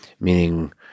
Meaning